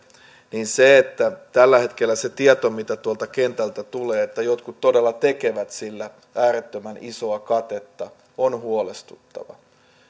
niin tällä hetkellä se tieto mitä tuolta kentältä tulee siitä että jotkut todella tekevät sillä äärettömän isoa katetta on huolestuttava